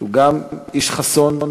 שגם הוא איש חסון.